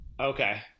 Okay